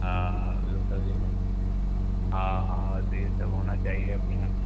हाँ हाँ यह सभी का हाँ हाँ तो यह सब होना चाहिए अपने यहाँ